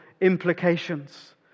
implications